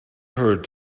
heard